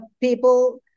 people